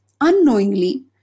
unknowingly